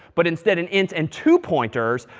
but instead, an int and two pointers,